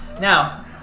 now